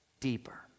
deeper